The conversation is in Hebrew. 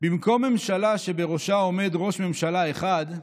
במקום ממשלה שבראשה עומד ראש ממשלה אחד,